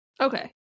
Okay